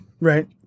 Right